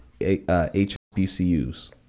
HBCUs